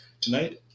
Tonight